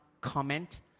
comment